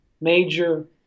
major